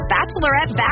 Bachelorette